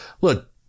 look